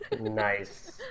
Nice